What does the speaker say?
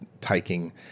taking